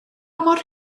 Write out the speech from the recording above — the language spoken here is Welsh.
mor